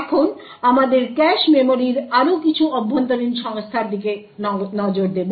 এখন আমাদের ক্যাশ মেমরির আরও কিছু অভ্যন্তরীণ সংস্থার দিকে নজর দেব